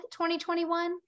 2021